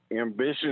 ambition